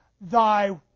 Thy